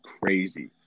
crazy